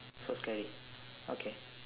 so scary okay